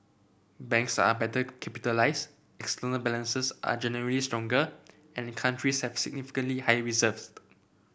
banks are better capitalised external balances are generally stronger and countries have significantly higher